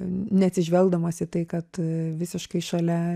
neatsižvelgdamas į tai kad visiškai šalia